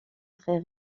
très